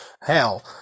Hell